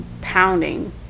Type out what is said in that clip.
pounding